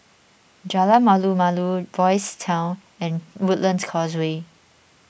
Jalan Malu Malu Boys' Town and Woodlands Causeway